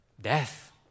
death